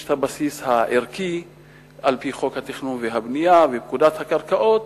יש הבסיס הערכי על-פי חוק התכנון והבנייה ופקודת הקרקעות,